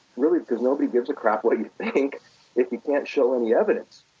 really, because nobody gives a crap what you think if you can't show them the evidence,